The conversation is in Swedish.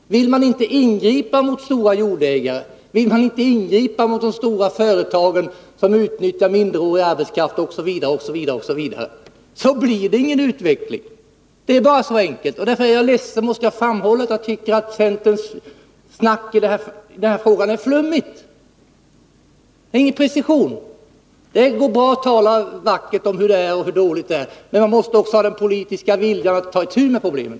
Vill man inte ingripa mot stora jordägare och stora företag, som utnyttjar minderårig arbetskraft osv., blir det ingen utveckling. Det är så enkelt. Därför är jag ledsen att jag måste framhålla att centerns snack i denna fråga är flummigt. Det är ingen precision. Det går bra att tala vackert om hur dåligt det är, men man måste också ha den politiska viljan att ta itu med problemen.